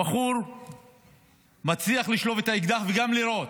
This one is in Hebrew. הבחור מצליח לשלוף את האקדח וגם לירות.